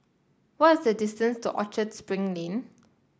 what is the distance to Orchard Spring Lane